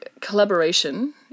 collaboration